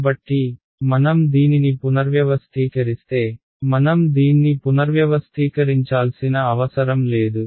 కాబట్టి మనం దీనిని పునర్వ్యవస్థీకరిస్తే మనం దీన్ని పునర్వ్యవస్థీకరించాల్సిన అవసరం లేదు